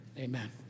Amen